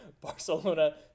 barcelona